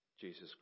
Jesus